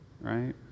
right